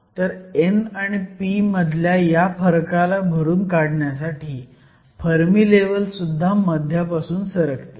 तर n आणि p मधल्या ह्या फरकाला भरून काढण्यासाठी फर्मी लेव्हल सुद्धा मध्यापासून सरकेल